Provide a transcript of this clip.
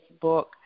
book